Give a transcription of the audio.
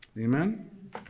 Amen